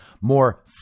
more